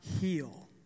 heal